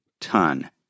ton